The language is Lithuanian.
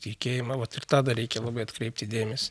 tikėjimą vat ir tą dar reikia labai atkreipti dėmesį